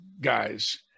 guys